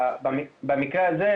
במקרה הזה,